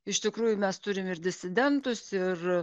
iš tikrųjų mes turim ir disidentus ir